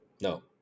no